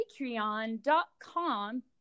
patreon.com